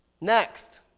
Next